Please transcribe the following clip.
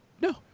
No